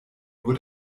nur